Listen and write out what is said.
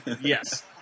Yes